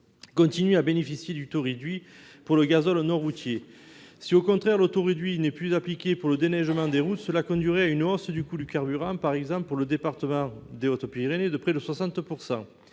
continuent à bénéficier du taux réduit pour le GNR. Si, au contraire, le taux réduit n'était plus appliqué pour le déneigement des routes, cela conduirait à une hausse du coût du carburant ; à titre d'exemple, pour le département des Hautes-Pyrénées, celle-ci